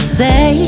say